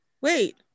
Wait